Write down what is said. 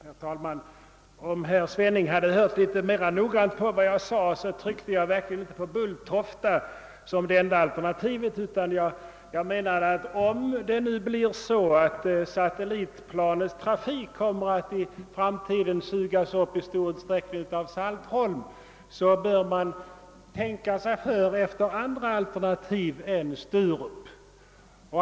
Herr talman! Om herr Svenning hade lyssnat litet mera noggrant på vad jag sade, så hade han märkt att jag verkligen inte påstod att Bulltofta var det enda alternativet. Jag menar att om det nu blir så att satellitplanstrafiken i framtiden i stor utsträckning kommer att sugas upp av Saltholm, så bör man kunna tänka sig andra alternativ än Sturup.